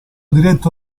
diretto